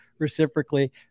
reciprocally